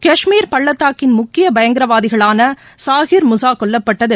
கஷ்மீர் பள்ளத்தாக்கின் முக்கிய பயங்கரவாதியான சாஹிர் முஸா கொல்லப்பட்டது